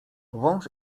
wąż